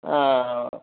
ஆ ஆ ஆ